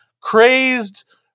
crazed